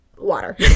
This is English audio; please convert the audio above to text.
Water